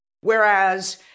Whereas